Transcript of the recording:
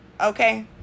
okay